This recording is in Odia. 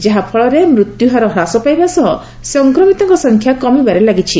ଯାହାଫଳରେ ମୃତ୍ୟୁ ହାର ହ୍ରାସ ପାଇବା ସହ ସଂକ୍ରମିତଙ୍କ ସଂଖ୍ୟା କମିବାରେ ଲାଗିଛି